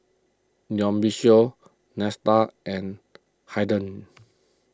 Dionicio and Haiden